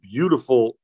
Beautiful